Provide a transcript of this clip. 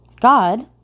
God